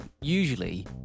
usually